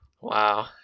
Wow